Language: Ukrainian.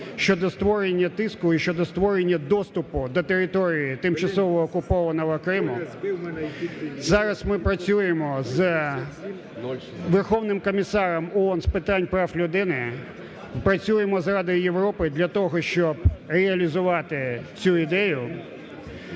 щодо створення тиску і щодо створення доступу до території тимчасово окупованого Криму. Зараз ми працюємо з Верховним комісаром ООН з питань прав людини, працюємо з Радою Європи для того, щоб реалізувати цю ідею.